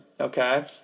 okay